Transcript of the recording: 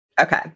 Okay